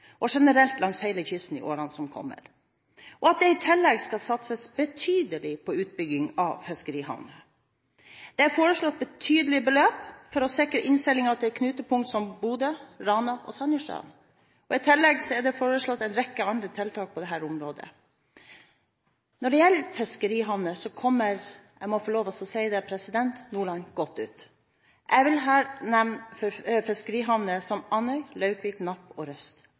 og generelt langs hele kysten i årene som kommer, og at det i tillegg skal satses betydelig på utbygging av fiskerihavner. Det er foreslått betydelige beløp for å sikre innseilingen til knutepunkt som Bodø, Rana og Sandnessjøen. I tillegg er det foreslått en rekke andre tiltak på dette området. Når det gjelder fiskerihavner, kommer – jeg må få lov å si det – Nordland godt ut. Jeg vil her nevne fiskerihavner som Andøy, Laukvik, Napp og Røst.